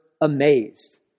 amazed